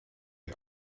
the